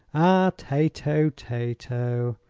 ah, tato, tato,